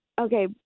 Okay